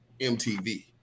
MTV